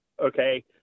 Okay